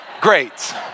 great